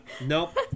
Nope